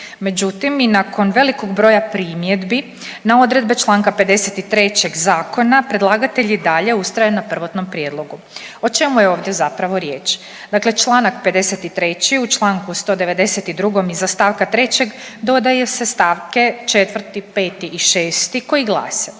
međutim i nakon velikog broja primjedbi na odredbe čl. 53. zakona predlagatelj i dalje ustraje na prvotnom prijedlogu. O čemu je ovdje zapravo riječ? Dakle čl. 53. u čl. 192. iza st. 3. dodaje se st. 4., 5. i 6. koji glase: